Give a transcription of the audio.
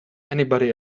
anybody